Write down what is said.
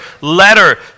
letter